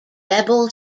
rebel